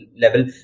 level